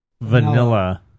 vanilla